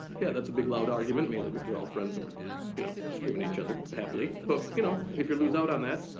yeah that's a big loud argument, mainly because we're all friends and we're you know screamin' at each other happily. but you know if you lose out on that,